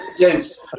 James